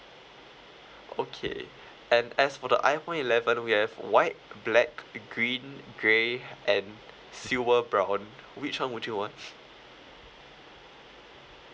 okay and as for the iphone eleven we have white black green grey and silver brown which one would you want